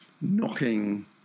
knocking